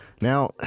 now